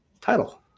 title